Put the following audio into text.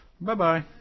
Bye-bye